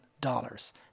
dollars